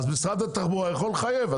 משרד התחבורה יכולים לחייב.